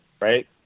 right